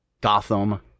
Gotham